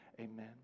Amen